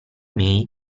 may